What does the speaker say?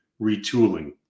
retooling